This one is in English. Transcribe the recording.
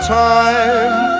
time